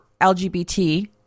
lgbt